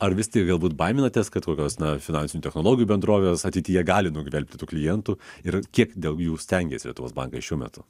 ar vis tik galbūt baiminatės kad kokios na finansinių technologijų bendrovės ateityje gali nugvelbti tų klientų ir kiek dėl jų stengiasi lietuvos bankai šiuo metu